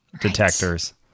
detectors